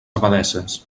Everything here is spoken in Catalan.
abadesses